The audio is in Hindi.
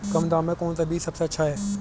कम दाम में कौन सा बीज सबसे अच्छा है?